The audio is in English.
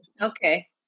Okay